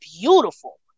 beautiful